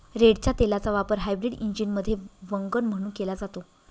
रेडच्या तेलाचा वापर हायस्पीड इंजिनमध्ये वंगण म्हणून केला जातो